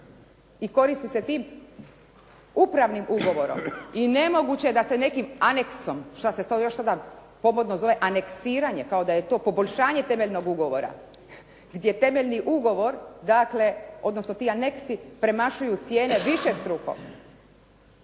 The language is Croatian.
i koristi se tim upravnim ugovorom i nemoguće je da se nekim aneksom, što se to još sada pogodno zove aneksiranje, kao da je to poboljšanje temeljnog ugovora gdje temeljni ugovor, odnosno ti aneksi premašuju cijene višestruko